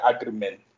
Agreement